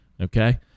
Okay